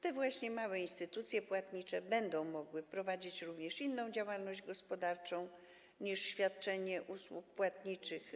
Te małe instytucje płatnicze będą mogły prowadzić również inną działalność gospodarczą niż świadczenie usług płatniczych.